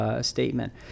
statement